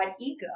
ego